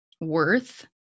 worth